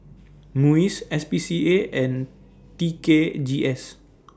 Muis S P C A and T K G S